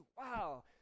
wow